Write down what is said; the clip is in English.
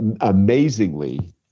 amazingly